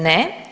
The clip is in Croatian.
Ne.